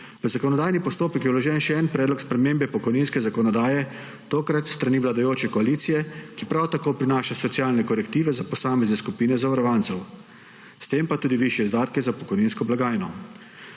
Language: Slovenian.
V zakonodajni postopek je vložen še en predlog spremembe pokojninske zakonodaje, tokrat s strani vladajoče koalicije, ki prav tako prinaša socialne korektive za posamezne skupine zavarovancev, s tem pa tudi višje izdatke za pokojninsko blagajno.